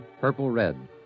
purple-red